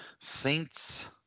Saints